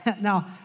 Now